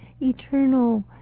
eternal